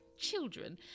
children